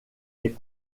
les